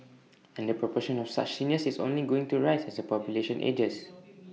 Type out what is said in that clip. and the proportion of such seniors is only going to rise as the population ages